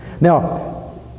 Now